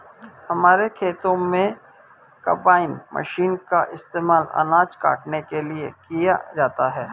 हमारे खेतों में कंबाइन मशीन का इस्तेमाल अनाज काटने के लिए किया जाता है